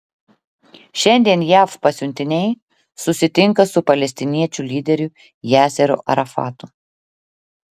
šiandien jav pasiuntiniai susitinka su palestiniečių lyderiu yasseru arafatu